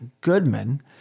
Goodman